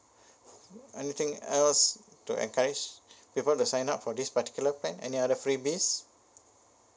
anything else to encourage before the sign up for this particular plan any other freebies